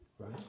right